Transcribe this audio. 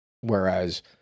Whereas